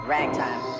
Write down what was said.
Ragtime